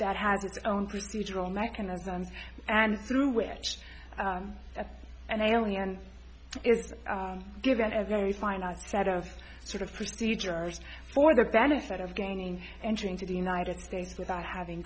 that has its own procedural mechanisms and through which an alien is given a very finite set of sort of procedures for the benefit of gaining entry into the united states without having